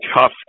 tough